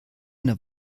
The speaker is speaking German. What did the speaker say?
eine